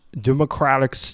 democratic